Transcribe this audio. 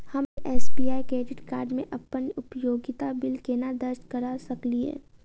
हम SBI credit card मे अप्पन उपयोगिता बिल केना दर्ज करऽ सकलिये?